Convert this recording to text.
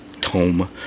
tome